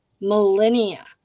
millennia